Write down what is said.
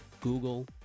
Google